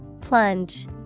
Plunge